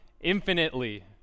infinitely